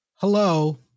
hello